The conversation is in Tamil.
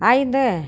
ஐந்து